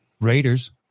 Raiders